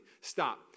Stop